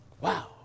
Wow